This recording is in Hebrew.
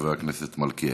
חבר הכנסת מלכיאלי.